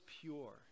pure